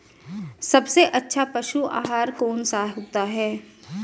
सबसे अच्छा पशु आहार कौन सा होता है?